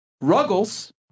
Ruggles